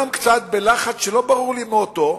גם כן קצת בלחץ שלא ברורה לי מהותו,